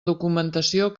documentació